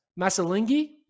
Masalingi